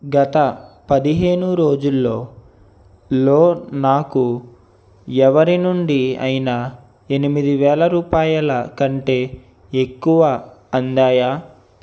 గత పదిహేను రోజుల్లో లో నాకు ఎవరి నుండి అయినా ఎనిమిది వేల రూపాయల కంటే ఎక్కువ అందాయా